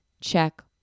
check